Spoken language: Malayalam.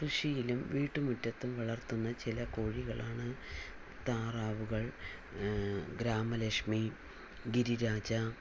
കൃഷിയിലും വീട്ടുമുറ്റത്തും വളർത്തുന്ന ചില കോഴികളാണ് താറാവുകൾ ഗ്രാമലക്ഷ്മി ഗിരി രാജ